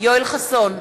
יואל חסון,